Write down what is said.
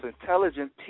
intelligent